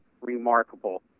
remarkable